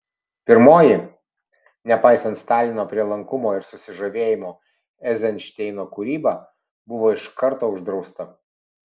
pirmoji nepaisant stalino prielankumo ir susižavėjimo eizenšteino kūryba buvo iš karto uždrausta